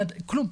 כלום.